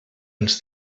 els